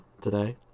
today